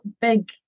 big